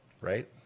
Right